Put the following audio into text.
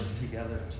together